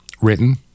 written